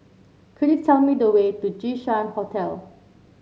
could you tell me the way to Jinshan Hotel